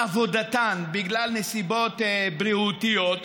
אחרות בגילה, משולבת בשוק העבודה,